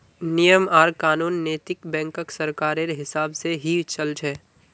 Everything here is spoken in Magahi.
नियम आर कानून नैतिक बैंकत सरकारेर हिसाब से ही चल छ